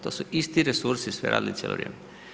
To su isti resursi sve radili cijelo vrijeme.